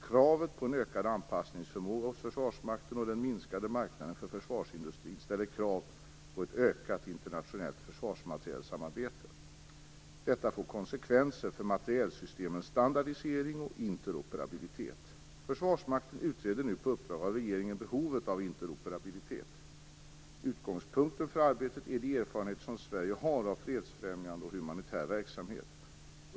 Kravet på en ökad anpassningsförmåga hos Försvarsmakten och den minskade marknaden för försvarsindustrin ställer krav på ett ökat internationellt försvarsmaterielsamarbete. Detta får konsekvenser för materielsystemens standardisering och interoperabilitet. Försvarsmakten utreder nu på uppdrag av regeringen behovet av interoperabilitet. Utgångspunkten för arbetet är de erfarenheter som Sverige har av fredsfrämjande och humanitär verksamhet.